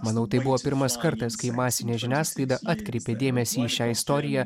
manau tai buvo pirmas kartas kai masinė žiniasklaida atkreipė dėmesį į šią istoriją